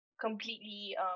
completely